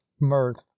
mirth